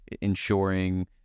ensuring